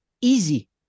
easy